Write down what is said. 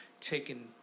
taken